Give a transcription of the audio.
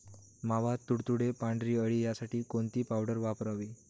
मावा, तुडतुडे, पांढरी अळी यासाठी कोणती पावडर वापरावी?